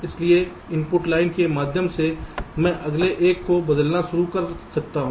इसलिए input line Scanin के माध्यम से मैं अगले एक को बदलना शुरू कर सकता हूं